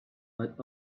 but